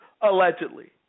Allegedly